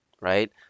right